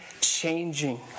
changing